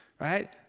right